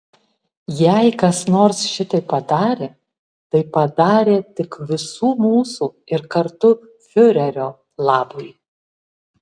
jei kas nors šitai padarė tai padarė tik visų mūsų ir kartu fiurerio labui